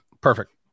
Perfect